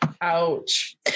ouch